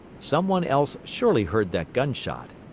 some one else surely heard that gunshot.